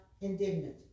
indignant